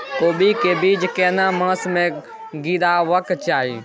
कोबी के बीज केना मास में गीरावक चाही?